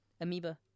amoeba